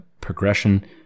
progression